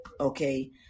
okay